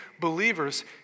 believers